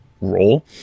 role